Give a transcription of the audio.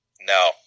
No